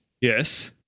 yes